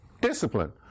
discipline